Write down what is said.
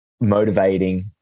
motivating